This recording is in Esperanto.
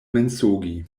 mensogi